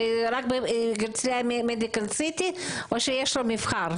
רק אצל מדיקל סיטי או שיש לו מבחר?